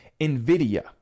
NVIDIA